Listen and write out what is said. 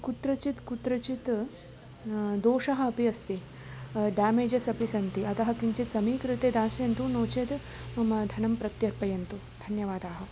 कुत्रचित् कुत्रचित् दोषः अपि अस्ति ड्यामेजस् अपि सन्ति अतः किञ्चित् समीकृत्य दास्यन्तु नो चेत् मम धनं प्रत्यर्पयन्तु धन्यवादाः